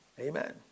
Amen